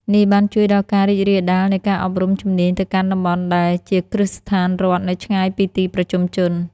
នេះបានជួយដល់ការរីករាលដាលនៃការអប់រំជំនាញទៅកាន់តំបន់ដែលជាគ្រឹះស្ថានរដ្ឋនៅឆ្ងាយពីទីប្រជុំជន។